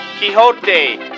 Quixote